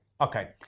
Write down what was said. Okay